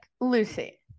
lucy